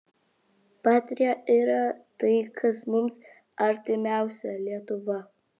patria yra tai kas mums artimiausia lietuva